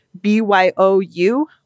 B-Y-O-U